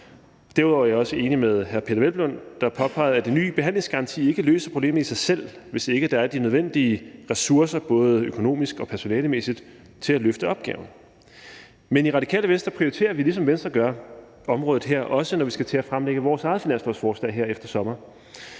Derudover er jeg også enig med hr. Peder Hvelplund, der påpegede, at den nye behandlingsgaranti ikke løser problemet i sig selv, hvis ikke der er de nødvendige ressourcer både økonomisk og personalemæssigt til at løfte opgaven. Men i Radikale Venstre prioriterer vi, ligesom Venstre gør, området her, også når vi skal til at fremlægge vores eget finanslovsforslag her efter sommer.